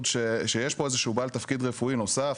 שיש פה איזשהו בעל תפקיד רפואי נוסף,